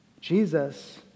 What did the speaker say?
Jesus